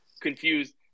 confused